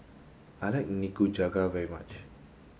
I like Nikujaga very much